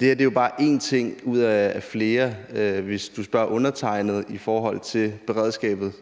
Det her er jo bare en ting ud af flere, hvis du spørger undertegnede, i forhold til beredskabet.